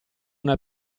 nel